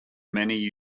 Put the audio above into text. many